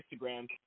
Instagram